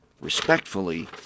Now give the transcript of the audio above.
Respectfully